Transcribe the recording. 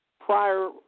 Prior